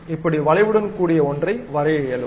இப்படி வளைவுடன் கூடிய ஒன்றை வரைய இயலும்